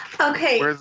Okay